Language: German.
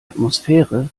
atmosphäre